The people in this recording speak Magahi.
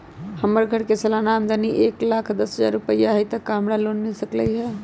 हमर घर के सालाना आमदनी एक लाख दस हजार रुपैया हाई त का हमरा लोन मिल सकलई ह?